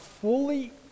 fully